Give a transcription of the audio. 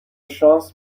شانس